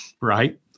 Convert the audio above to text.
Right